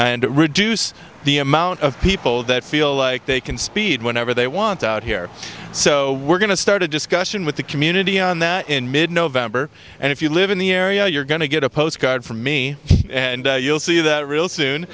and reduce the amount of people that feel like they can speed whenever they want out here so we're going to start a discussion with the community on that in mid november and if you live in the area you're going to get a postcard from me and you'll see that real soon